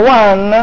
one